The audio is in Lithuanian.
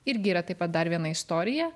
irgi yra taip pat dar viena istorija